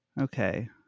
Okay